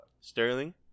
Sterling